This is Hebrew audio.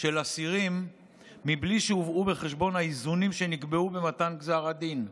של אסירים בלי שהובאו בחשבון האיזונים שנקבעו במתן גזר הדין,